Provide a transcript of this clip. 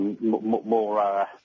more